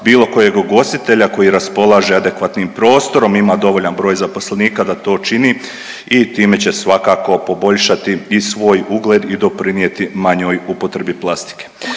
bilo kojeg ugostitelja koji raspolaže adekvatnim prostorom, ima dovoljan broj zaposlenika da to čini i time će svakako poboljšati i svoj ugled i doprinijeti manjoj upotrebi plastike.